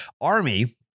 Army